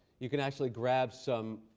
you can actually grab some